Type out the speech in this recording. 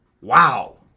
wow